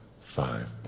five